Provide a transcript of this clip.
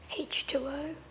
H2O